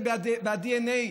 זה בדנ"א,